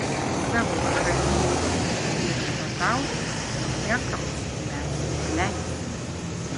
savo šalyj viešpatauti niekam mes neleisime